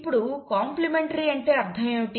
ఇప్పుడు కాంప్లిమెంటరీ అంటే అర్థం ఏమిటి